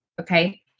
Okay